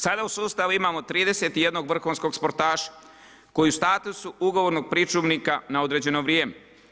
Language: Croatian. Sada u sustavu imamo 31 vrhunskog sportaša, koji u statusu ugovornog pričuvnika na određeno vrijeme.